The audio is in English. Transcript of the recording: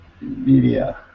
Media